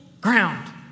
ground